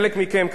לא יותר מדי,